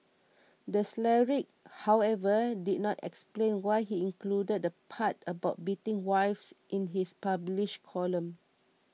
the cleric however did not explain why he included the part about beating wives in his published column